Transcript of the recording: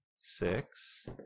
Six